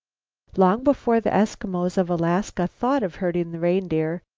long before the eskimos of alaska thought of herding the reindeer,